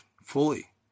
fully